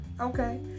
okay